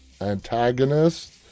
antagonist